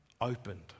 opened